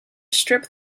strip